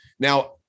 Now